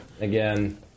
again